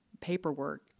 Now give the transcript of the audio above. paperwork